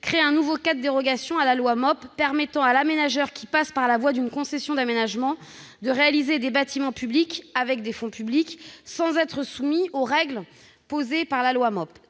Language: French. crée un nouveau cas de dérogation à la loi MOP, permettant à l'aménageur qui passe par la voie d'une concession d'aménagement de réaliser des bâtiments publics avec des fonds publics sans être soumis aux règles posées par la loi MOP.